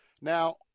Now